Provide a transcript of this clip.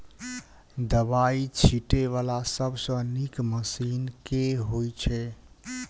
दवाई छीटै वला सबसँ नीक मशीन केँ होइ छै?